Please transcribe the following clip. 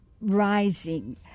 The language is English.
rising